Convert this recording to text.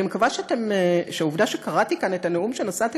אני מקווה שהעובדה שקראתי כאן את הנאום שנשאתי